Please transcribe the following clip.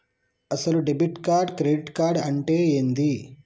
అసలు debit card credit card అంటే ఏంది?